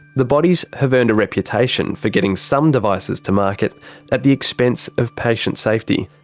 the bodies have earned a reputation for getting some devices to market at the expense of patient safety.